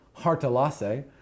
Hartalase